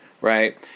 right